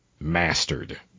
mastered